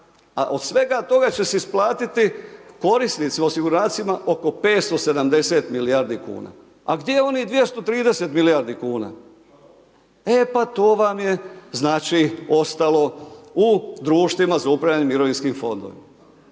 od svega toga će se isplatiti korisnica osiguranicima oko 570 milijardi kuna. A gdje je onih 230 milijardi kuna? E pa to vam je znači ostalo u društvima za upravljanje mirovinskim fondovima.